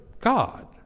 God